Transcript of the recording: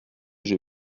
j’ai